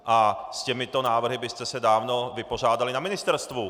A s těmito návrhy byste se dávno vypořádali na ministerstvu.